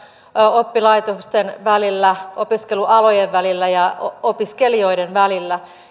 oppilaitosten välillä opiskelualojen välillä ja opiskelijoiden välillä